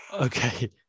Okay